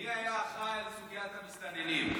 מי היה אחראי לסוגיית המסתננים?